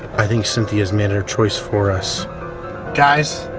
i think cynthia's made our choice for us guys,